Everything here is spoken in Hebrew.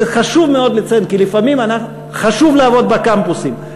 חשוב מאוד לציין, חשוב לעבוד בקמפוסים.